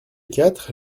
quatre